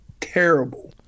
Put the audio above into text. terrible